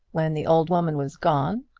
when the old woman was gone,